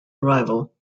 arrival